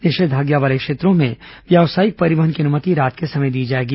निषेधाज्ञा वाले क्षेत्रों में व्यावसायिक परिवहन की अनुमति रात के समय दी जाएगी